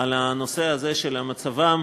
על הנושא הזה, מצבם